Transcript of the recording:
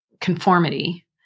conformity